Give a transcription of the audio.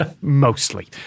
Mostly